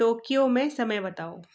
Tokyo में समय बताओ